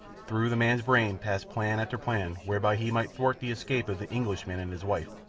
through the man's brain passed plan after plan whereby he might thwart the escape of the englishman and his wife,